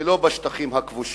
ולא בשטחים הכבושים.